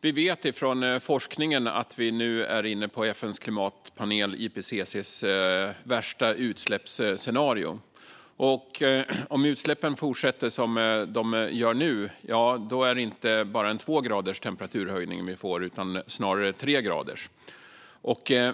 Vi vet från forskningen att vi nu är inne på FN:s klimatpanel IPCC:s värsta utsläppsscenario. Om utsläppen fortsätter som de gör nu är det inte bara en temperaturhöjning med 2 grader som vi får utan snarare en höjning med 3 grader.